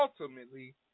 ultimately